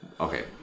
Okay